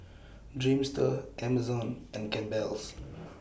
Dreamster Amazon and Campbell's